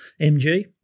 MG